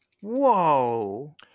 Whoa